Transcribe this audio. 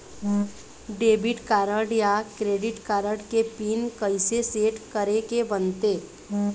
Debit card या credit card के PIN कइसे सेट करे के बनते?